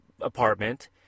apartment